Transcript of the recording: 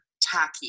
tacky